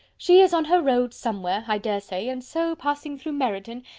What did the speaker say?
she is on her road somewhere, i dare say, and so, passing through meryton,